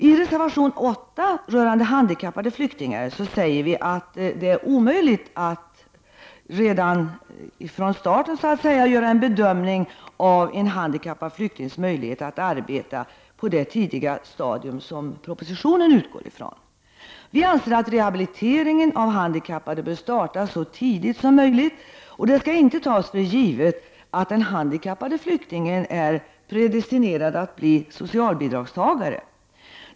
I reservation 8 rörande handikappade flyktingar säger vi att det är omöjligt att göra en bedömning av en handikappad flyktings möjlighet att arbeta på det tidiga stadium som man i propositionen utgår ifrån. Vi anser att rehabiliteringen av handikappade bör starta så tidigt som möjligt, och det skall inte tas för givet att den handikappade flyktingen är predestinerad att bli en socialbidragstagare.